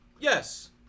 yes